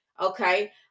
okay